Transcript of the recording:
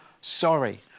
sorry